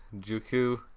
Juku